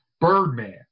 Birdman